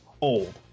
old